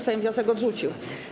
Sejm wniosek odrzucił.